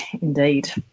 indeed